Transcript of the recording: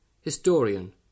Historian